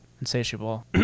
insatiable